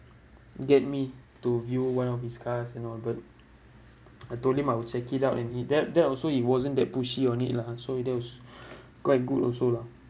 get me to view one of his cars and all but I told him I'll check it out and he that that also he wasn't that pushy on it lah so it that was quite good also lah